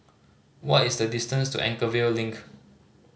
what is the distance to Anchorvale Link